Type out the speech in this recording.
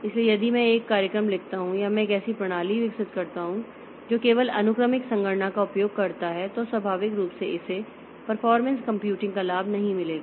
इसलिए यदि मैं एक कार्यक्रम लिखता हूं या मैं एक ऐसी प्रणाली विकसित करता हूं जो केवल अनुक्रमिक संगणना का उपयोग करता है तो स्वाभाविक रूप से इसे परफॉरमेंस कंप्यूटिंग का लाभ नहीं मिलेगा